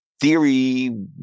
theory